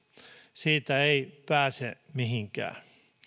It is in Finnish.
siitä ei pääse mihinkään